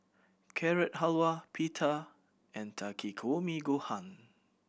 Carrot Halwa Pita and Takikomi Gohan